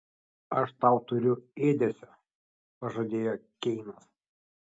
aš tau turiu ėdesio pažadėjo keinas